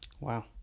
Wow